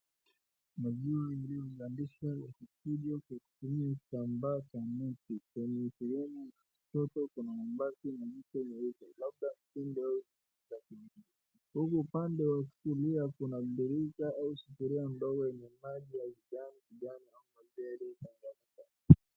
Maziwa yaliyo lalishwa yakichungwa kutumia cha neti, kwenye slelinia . Toto kuna mabaki meupe labda tindo la za kuji. Huyu upande wa kushikilia kuna birika au sufuria ndogo ina maji ya kijani au ya pambazuka.